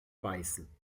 beißen